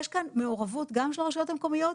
יש כאן מעורבות גם של הרשויות המקומיות,